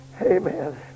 amen